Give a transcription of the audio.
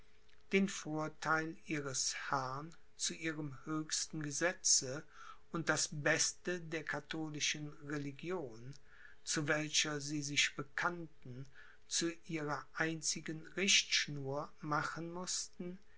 den vorteil ihres herrn zu ihrem höchsten gesetze und das beste der katholischen religion zu welcher sie sich bekannten zu ihrer einzigen richtschnur machen mußten